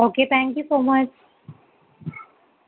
okay thank you so much